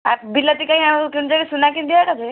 ଆ ବିଲାତି କାଇଁ ଆଉ କିଣୁଛ କି ସୁନା କିଣି ଦିଅ ଏକାଥରେ